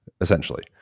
essentially